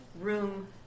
Room